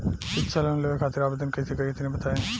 शिक्षा लोन लेवे खातिर आवेदन कइसे करि तनि बताई?